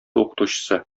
укытучысы